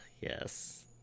Yes